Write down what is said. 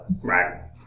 Right